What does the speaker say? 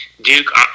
Duke